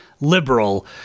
liberal